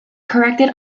corrected